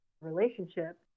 relationship